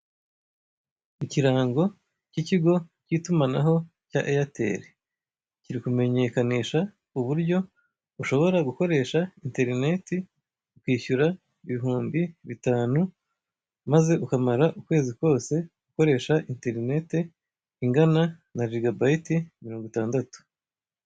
Ikirango k'ikigo k'itumanaho cya Eyateri kiri kumenyekanisha uburyo ushobora gukoresha interineti ukishyura ibihumbi bitanu maze ukamara ukwezi kose ukoresha interinete ingana na jigabayite mirongo itandatu.